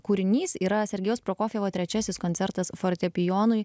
kūrinys yra sergejaus prokofjevo trečiasis koncertas fortepijonui